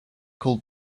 called